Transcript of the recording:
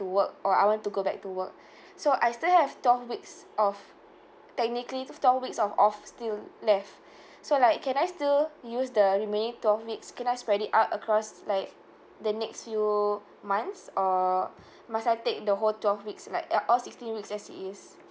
work or I want to go back to work so I still have twelve weeks off technically twelve weeks of off still left so like can I still use the the remaining twelve weeks can I spread it out across like the next few two months or must I take the whole twelve weeks like uh all sixteen weeks as is